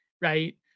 Right